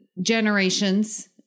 generations